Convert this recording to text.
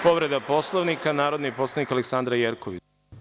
Povreda Poslovnika, narodni poslanik Aleksandra Jerkov.